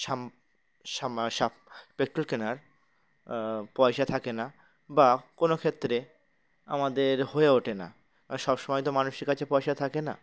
সাম স্যাম পেট্রোল কেনার পয়সা থাকে না বা কোনো ক্ষেত্রে আমাদের হয়ে ওঠে না সব সময় তো মানুষের কাছে পয়সা থাকে না